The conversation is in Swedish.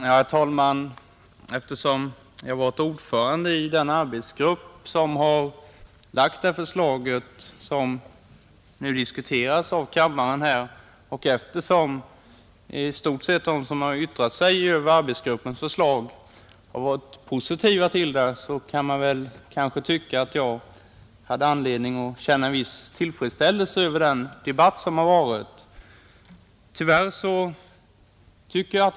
Herr talman! Eftersom jag har varit ordförande i den arbetsgrupp, som lagt fram det förslag som nu diskuteras av kammaren, och då de som här har yttrat sig över arbetsgruppens förslag i stort sett har varit positiva, kan man kanske tycka att jag har anledning att känna en viss tillfredsställelse med den förda debatten. Så är dock ej fallet.